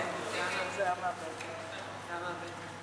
וחשבתי על זה שכשהסרט הלך לייצג אותנו בעולם,